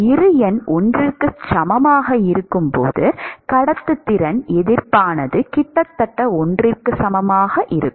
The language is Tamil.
இரு எண் 1 க்கு சமமாக இருக்கும் போது கடத்துத்திறன் எதிர்ப்பானது கிட்டத்தட்ட 1 க்கு சமமாக இருக்கும்